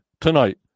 tonight